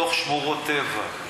בתוך שמורות טבע.